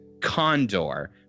Condor